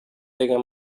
деген